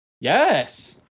yes